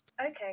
Okay